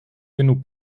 genug